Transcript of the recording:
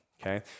Okay